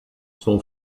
son